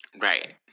Right